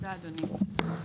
אין מתנגדים ואין נמנעים.